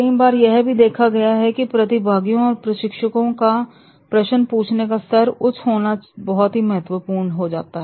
कई बार यह भी देखा गया है कि प्रतिभागियों और प्रशिक्षुओं का प्रशन पूछने का स्तर उच्च होना बहुत महत्वपूर्ण हो जाता है